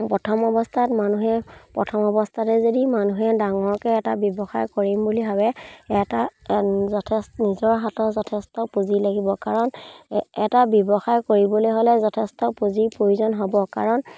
প্ৰথম অৱস্থাত মানুহে প্ৰথম অৱস্থাতে যদি মানুহে ডাঙৰকৈ এটা ব্যৱসায় কৰিম বুলি ভাবে এটা যথেষ্ট নিজৰ হাতত যথেষ্ট পুঁজি লাগিব কাৰণ এটা ব্যৱসায় কৰিবলৈ হ'লে যথেষ্ট পুঁজিৰ প্ৰয়োজন হ'ব কাৰণ